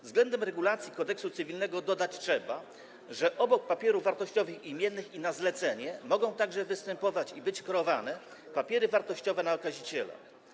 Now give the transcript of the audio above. W odniesieniu do regulacji Kodeksu cywilnego dodać trzeba, że obok papierów wartościowych imiennych i na zlecenie, mogą także występować i być kreowane papiery wartościowe na okaziciela.